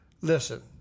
Listen